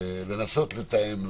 לנסות לתאם,